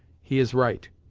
he is right.